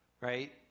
right